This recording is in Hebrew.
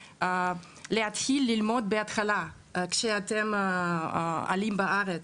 להתחיל ללמוד מהתחלה כשעולים לארץ.